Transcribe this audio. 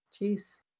Jeez